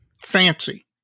fancy